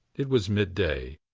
it was midday,